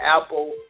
Apple